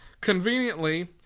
conveniently